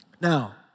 Now